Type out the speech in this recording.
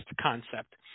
concept